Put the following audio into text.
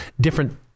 different